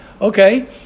Okay